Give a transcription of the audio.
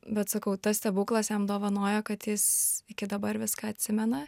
bet sakau tas stebuklas jam dovanojo kad jis iki dabar viską atsimena